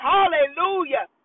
Hallelujah